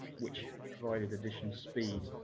which provided additional speed,